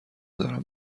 دارم